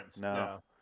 No